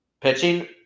Pitching